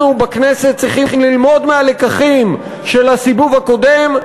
אנחנו בכנסת צריכים ללמוד מהלקחים של הסיבוב הקודם,